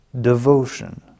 devotion